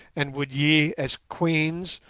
and would ye, as queens,